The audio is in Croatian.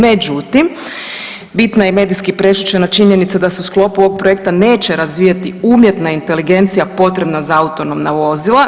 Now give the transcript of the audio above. Međutim, bitna je medijski prešućena činjenica da se u sklopu ovog projekta neće razvijati umjetna inteligencija potrebna za autonomna vozila.